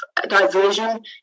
diversion